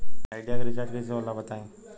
Idea के recharge कइसे होला बताई?